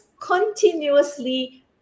continuously